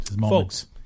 folks